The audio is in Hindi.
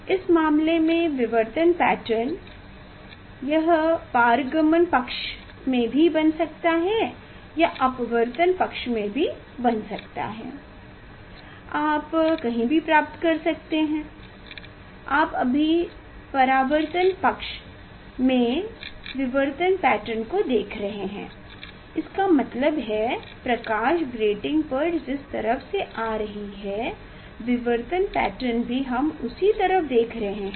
इस मामले में विवर्तन पैटर्न यह पारगमन पक्ष में भी बन सकता है यह अपवर्तन पक्ष में भी यहां बन सकता है आप कहीं भी प्राप्त कर रहे हैं आप अभी परावर्तन पक्ष में विवर्तन पैटर्न को देख रहे हैं इसका मतलब है प्रकाश ग्रेटिंग पर जिस तरफ से आ रही है विवर्तन पैटर्न भी हम उसी तरफ देख रहे हैं